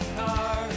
car